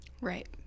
Right